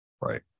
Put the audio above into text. Right